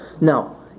Now